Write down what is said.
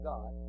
God